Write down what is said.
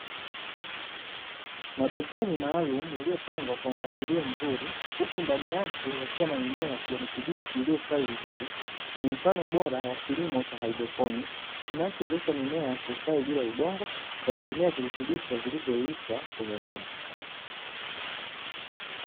Mabeseni maalumu yaliyopangwa kwa mpangilio mzuri huku ndani yake yakiwa na mimea ya kijani kibichi iliyostawi vizuri, ni mfano bora wa kilimo cha haidroponi kinachoruhusu mimea kustawi bila udongo kwa kutumia virutubisho vilivyoyeyushwa kwenye maji.